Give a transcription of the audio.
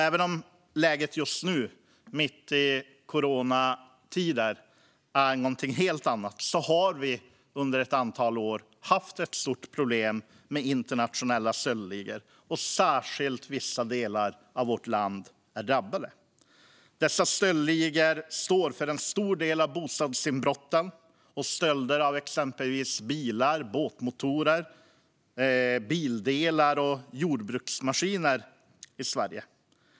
Även om läget just nu i coronatider är ett annat har vi under ett antal år haft ett stort problem med internationella stöldligor. Särskilt vissa delar av vårt land är drabbade. Dessa stöldligor står för en stor del av bostadsinbrotten och stölderna av exempelvis bilar, båtmotorer, bildelar och jordbruksmaskiner i Sverige.